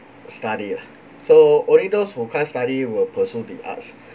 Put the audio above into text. study lah so only those who can't study will pursue the arts